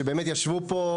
שישבו פה,